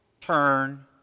turn